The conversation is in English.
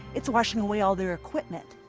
it's washing away all their equipment.